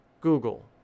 Google